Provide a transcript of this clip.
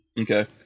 Okay